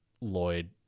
lloyd